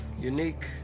unique